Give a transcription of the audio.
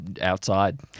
Outside